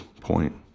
point